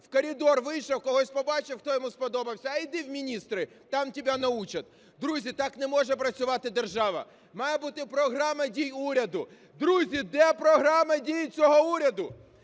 В коридор вийшов, когось побачив, хто йому сподобався - а йди в міністри, там тебя научат. Друзі, так не може працювати держава, має бути програма дій уряду. Друзі, де програма дій цього уряду?